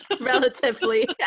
relatively